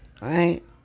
right